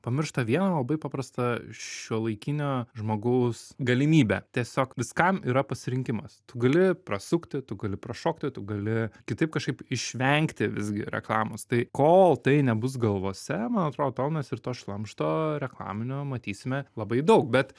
pamiršta vieną labai paprastą šiuolaikinio žmogaus galimybę tiesiog viskam yra pasirinkimas tu gali prasukti tu gali prašokti tu gali kitaip kažkaip išvengti visgi reklamos tai kol tai nebus galvose man atrodo tol mes ir to šlamšto reklaminio matysime labai daug bet